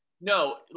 No